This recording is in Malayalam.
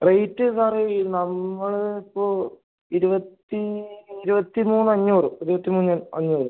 റേറ്റ് സാറേ ഈ നമ്മൾ ഇപ്പോൾ ഇരുപത്തി ഇരുപത്തി മൂന്ന് അഞ്ഞൂറ് ഇരുപത്തിമൂന്ന് അഞ്ഞൂറ്